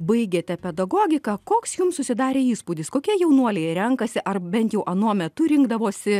baigėte pedagogiką koks jums susidarė įspūdis kokie jaunuoliai renkasi ar bent jau anuo metu rinkdavosi